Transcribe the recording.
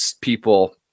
people